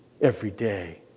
everyday